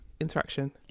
interaction